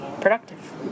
productive